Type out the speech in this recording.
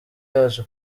yaje